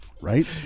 Right